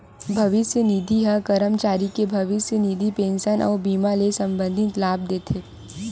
भविस्य निधि ह करमचारी के भविस्य निधि, पेंसन अउ बीमा ले संबंधित लाभ देथे